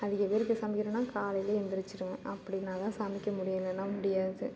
அதிக பேருக்கு சமைக்கணும்னால் காலையில் எழுந்திருச்சிடுவேன் அப்படின்னால் தான் சமைக்க முடியும் இல்லைன்னா முடியாது